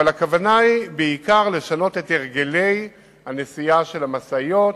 אבל הכוונה היא בעיקר לשנות את הרגלי הנסיעה של המשאיות.